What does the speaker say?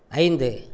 ஐந்து